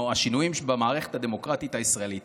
או השינויים במערכת הדמוקרטית הישראלית,